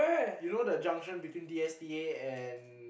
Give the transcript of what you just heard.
you know the junction between D_S_T_A and